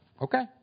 Okay